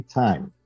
time